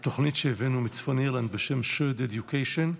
תוכנית שהבאנו מצפון אירלנד בשם Shared Education,